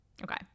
Okay